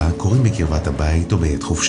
כולם הרימו את הכפפה.